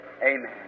Amen